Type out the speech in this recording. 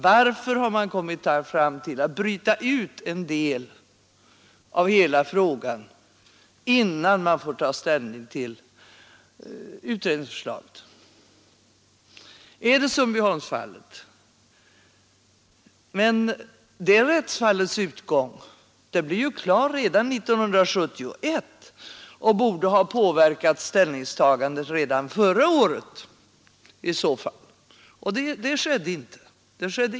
Varför har man kommit fram till att bryta ut en del av hela frågan, innan man tar ställning till utredningsförslaget? Är det Sundbyholmsfallet? Men det rättsfallet avjordes ju redan 1971 och borde i så fall ha påverkat ställningstagandet redan förra året. Det skedde inte.